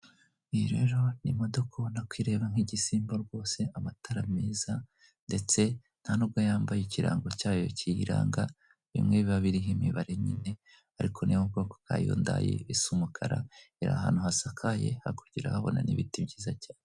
Iyi rero ni imodoka ubona ko ireba nk'igisimba rwose amatara meza ndetse nta nubwo yambaye ikirango cyayo kiyiranga bimwe biba biriho imibare nyine ariko niyo mu bwoko bwa yundayi isa umukara iri ahantu hasakaye hakurya urahabona n'ibiti byiza cyane.